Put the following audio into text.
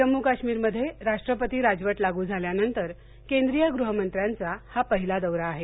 जम्मू काश्मीरमध्ये राष्ट्रपती राजवट लागू झाल्यानंतर केंद्रीय गृहमंत्र्यांचा हा पहिला दौरा आहे